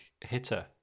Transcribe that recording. hitter